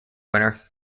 winner